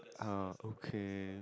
uh okay